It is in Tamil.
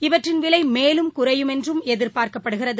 இவற்றின் விலை மேலும் குறையும் என்றும் எதிர்பார்க்கப்படுகிறது